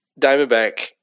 Diamondback